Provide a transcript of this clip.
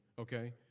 Okay